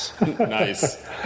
Nice